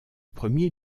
premier